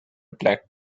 black